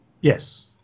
Yes